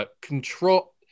Control